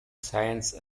science